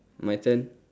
my turn